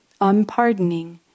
unpardoning